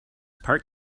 part